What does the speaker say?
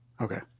Okay